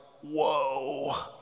Whoa